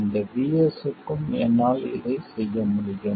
எந்த VS க்கும் என்னால் இதைச் செய்ய முடியும்